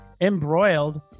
embroiled